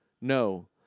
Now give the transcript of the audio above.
No